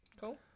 Cool